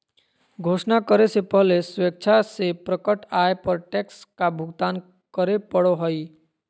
घोषणा करे से पहले स्वेच्छा से प्रकट आय पर टैक्स का भुगतान करे पड़ो हइ